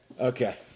Okay